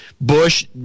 Bush